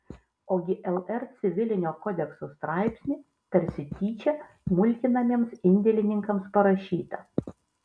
ogi lr civilinio kodekso straipsnį tarsi tyčia mulkinamiems indėlininkams parašytą